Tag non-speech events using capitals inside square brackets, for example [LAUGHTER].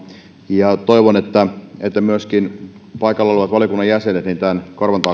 ja toivon että myöskin paikalla olevat valiokunnan jäsenet tämän korvansa [UNINTELLIGIBLE]